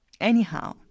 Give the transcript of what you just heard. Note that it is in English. Anyhow